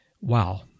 Wow